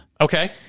Okay